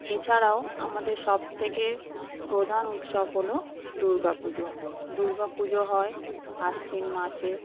এছাড়াও আমাদের সব থেকে প্রধান উৎসব হল দুর্গাপুজো দুর্গাপুজো হয় আশ্বিন মাসে